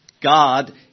God